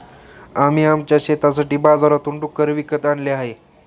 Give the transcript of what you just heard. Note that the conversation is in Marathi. आम्ही आमच्या शेतासाठी बाजारातून डुक्कर विकत आणले आहेत